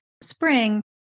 spring